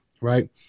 Right